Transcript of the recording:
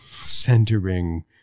centering